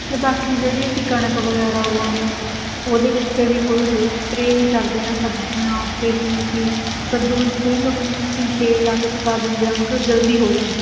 ਅਤੇ ਬਾਕੀ ਜਿਹੜੀ ਅਸੀਂ ਕਣਕ ਵਗੈਰਾ ਉਗਾਉਂਦੇ ਹਾਂ ਉਹਦੇ ਵਿੱਚ ਵੀ ਕੋਈ ਰੇਅ ਸਪਰੇਅ ਨਹੀਂ ਕਰਦੇ ਨਾ ਸਬਜ਼ੀਆਂ ਉਥੇ ਜਿਵੇਂ ਕਿ ਕੱਦੂ ਵਿੱਚ ਕਈ ਲੋਕੀ ਟੀਕੇ ਲਾ ਕੇ ਪਕਾ ਦਿੰਦੇ ਆ ਕਿ ਜਲਦੀ ਹੋ ਜਾਣ